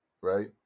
right